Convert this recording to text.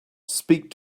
speak